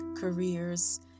careers